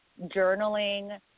journaling